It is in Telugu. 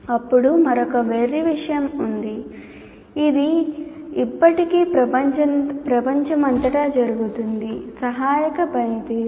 అప్పుడు మరొక వెర్రి విషయం ఉంది ఇది ఇప్పటికీ ప్రపంచమంతటా జరుగుతుంది సహాయక పనితీరు